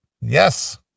Yes